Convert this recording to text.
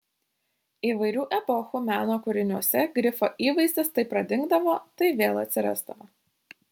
įvairių epochų meno kūriniuose grifo įvaizdis tai pradingdavo tai vėl atsirasdavo